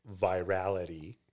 virality